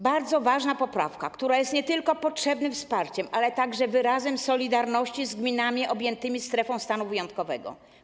Bardzo ważna poprawka, która jest nie tylko potrzebnym wsparciem, ale także wyrazem solidarności z gminami objętymi strefą stanu wyjątkowego.